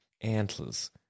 Antlers